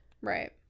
Right